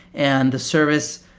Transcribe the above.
and the service,